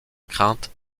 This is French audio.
crainte